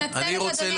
אני אשמח.